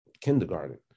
kindergarten